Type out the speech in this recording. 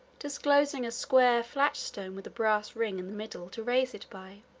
disclosing a square flat stone with a brass ring in the middle to raise it by.